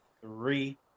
three